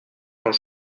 quand